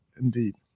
indeed